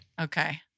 Okay